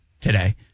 today